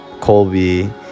Colby